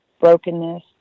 brokenness